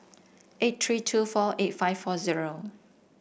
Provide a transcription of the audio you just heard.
eight three two four eight five four zero